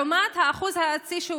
לעומת האחוז הארצי,